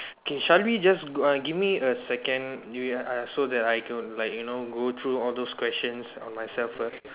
K shall we just uh give me a second we uh so that I can like you know go through all those questions by myself first